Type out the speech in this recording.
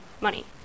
money